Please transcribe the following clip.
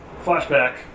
flashback